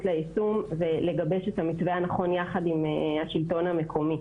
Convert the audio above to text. ליישום ולגבש את המתווה הנכון יחד עם השלטון המקומי.